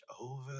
over